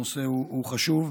הנושא הוא חשוב.